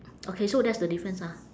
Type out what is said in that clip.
okay so that's the difference ah